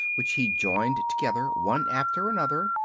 which he joined together, one after another,